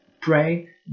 pray